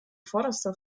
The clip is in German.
vorderster